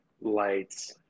Lights